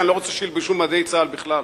שילכו לכלא, אני לא רוצה שילבשו מדי צה"ל בכלל.